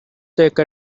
take